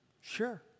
Sure